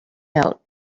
note